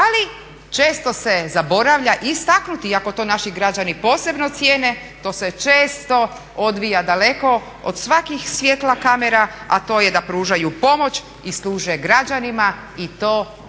Ali, često se zaboravlja istaknuti, iako to naši građani posebno cijene, to se često odvija daleko od svakih svjetla kamera a to je da pružaju pomoć i služe građanima i to